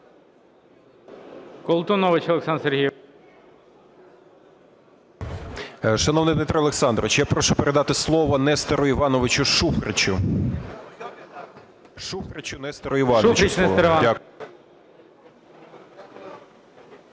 Шановний Дмитро Олександрович, я прошу передати слово Нестору Івановичу Шуфричу. Шуфричу Нестору Івановичу